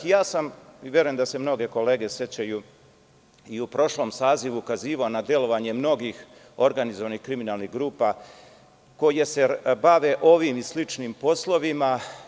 Ja sam, verujem da se mnoge kolege sećaju, i u prošlom sazivu ukazivao na delovanje mnogih organizovanih kriminalnih grupa koje se bave ovim i sličnim poslovima.